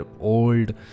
old